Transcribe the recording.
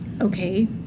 Okay